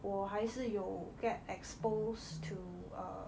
我还是有 get exposed to err